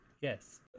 yes